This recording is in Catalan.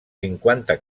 cinquanta